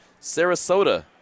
Sarasota